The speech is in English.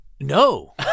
No